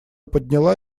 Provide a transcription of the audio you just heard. подняла